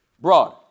broad